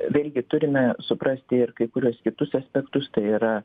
vėlgi turime suprasti ir kai kuriuos kitus aspektus tai yra